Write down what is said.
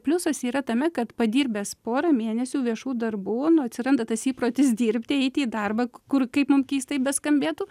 pliusas yra tame kad padirbęs porą mėnesių viešų darbų nu atsiranda tas įprotis dirbti eiti į darbą kur kaip mum keistai beskambėtų